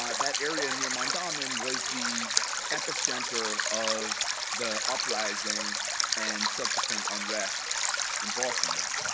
um that area near mondawmin was the epicenter of the uprising and subsequent unrest in baltimore.